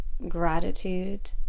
Gratitude